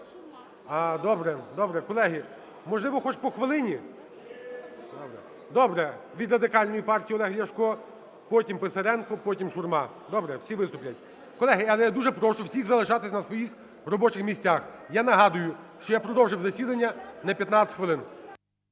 добре. Колеги, можливо, хоч по хвилині? Добре, від Радикальної партії Олег Ляшко. Потім Писаренко, потім Шурма. Добре, всі виступлять. Колеги, але я дуже прошу всіх залишатись на своїх робочих місцях. Я нагадую, що я продовжив засідання на 15 хвилин.